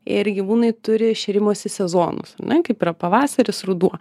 ir gyvūnai turi šėrimosi sezonus ar ne kaip yra pavasaris ruduo